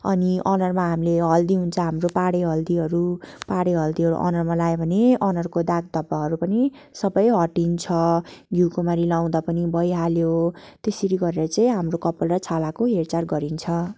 अनि अनुहारमा हामीले हल्दी हुन्छ हाम्रो पहाडे हल्दीहरू पहाडे हल्दीहरू अनुहारमा लायो भने अनुहारको दाग धब्बाहरू पनि सबै हटिन्छ घिउकुमारी लाँउदा पनि भइहाल्यो त्यसरी गरेर चाहिँ हाम्रो कपाल र छालाको हेरचाह गरिन्छ